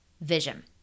vision